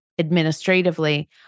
Administratively